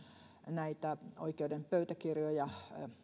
näitä oikeuden pöytäkirjoja